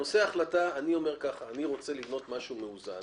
בנושא ההחלטה אני אומר שאני רוצה לבנות משהו מאוזן